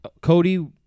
Cody